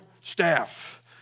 staff